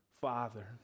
Father